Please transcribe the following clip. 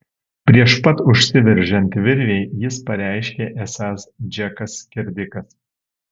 prieš pat užsiveržiant virvei jis pareiškė esąs džekas skerdikas